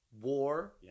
war